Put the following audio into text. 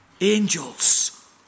Angels